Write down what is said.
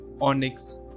onyx